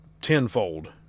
tenfold